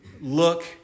look